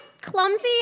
Clumsy